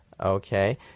Okay